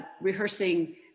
rehearsing